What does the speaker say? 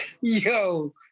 Yo